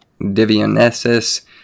Divionesis